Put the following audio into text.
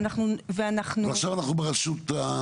ואנחנו --- עכשיו אנחנו ברשות,